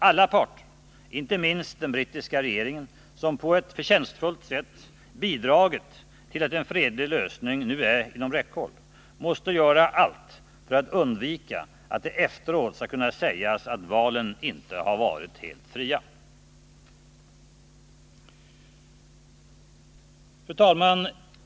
Alla parter — inte minst den brittiska regeringen, som på ett förtjänstfullt sätt bidragit till att en fredlig lösning nu är inom räckhåll — måste göra allt för att undvika att det efteråt skall kunna sägas att valen inte har varit helt fria. Fru talman!